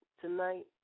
tonight